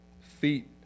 Feet